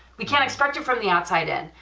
we can't expect from the outside in,